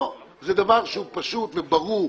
פה זה דבר שהוא פשוט והוא ברור.